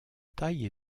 tailles